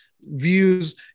views